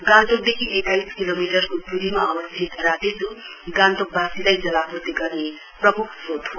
गान्तोकदेखि एक्काइस किलोमिटरको दूरीमा अवस्थित रातेच् गान्तोक बासीलाई जलापूर्ति गर्ने प्रमुख श्रोत हो